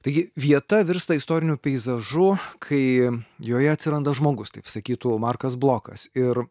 taigi vieta virsta istoriniu peizažu kai joje atsiranda žmogus taip sakytų markas blokas ir